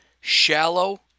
shallow